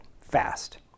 fast